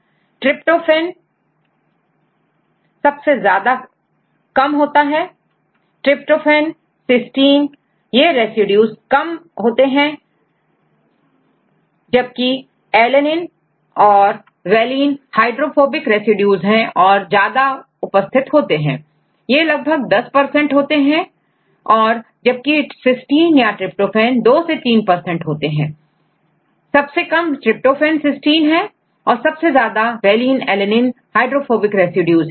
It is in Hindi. Student Tryptophan has very less preference student Tryptophane सबसे कम tryptophancystine सबसे ज्यादाvaline alanineहाइड्रोफोबिक रेसिड्यू है